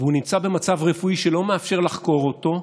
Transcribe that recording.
והוא נמצא במצב רפואי שלא מאפשר לחקור אותו,